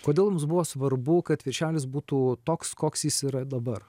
kodėl mums buvo svarbu kad viršelis būtų toks koks jis yra dabar